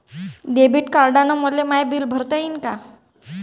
Debit कार्डानं मले my bill भरता येईन का?